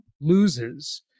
loses